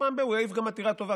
שפעם ב- הוא יעיף גם עתירה טובה,